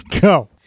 Go